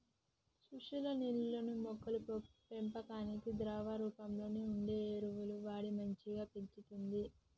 సుశీల నీళ్లల్లో మొక్కల పెంపకానికి ద్రవ రూపంలో వుండే ఎరువులు వాడి మంచిగ పెంచుతంది